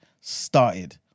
started